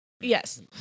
Yes